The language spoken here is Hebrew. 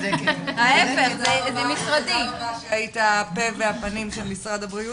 תודה רבה שהיית הפה והפנים של משרד הבריאות.